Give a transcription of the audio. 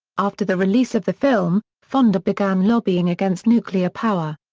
after the release of the film, fonda began lobbying against nuclear power.